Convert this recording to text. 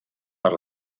per